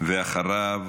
אחריו